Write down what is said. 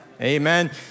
Amen